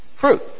fruit